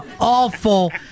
awful